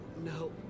No